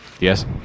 Yes